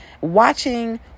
watching